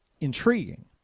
intriguing